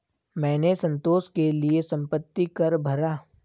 मैंने संतोष के लिए संपत्ति कर भरा